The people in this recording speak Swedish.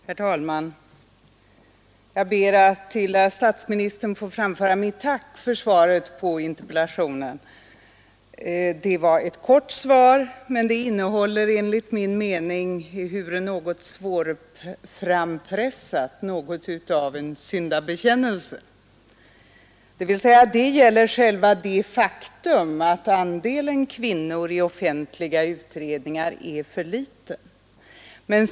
Herr talman! Jag ber att till herr statsministern få framföra mitt tack för svaret på interpellationen. Det var ett kort svar, men det innehåller enligt min mening — ehuru litet svårframpressat — något av en syndabekännelse. Det gäller själva det Nr 136 faktum att andelen kvinnor i offentliga utredningar är för liten.